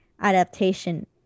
adaptation